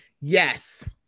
yes